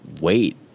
wait